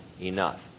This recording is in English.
enough